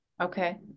Okay